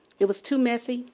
it was too messy.